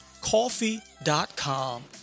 coffee.com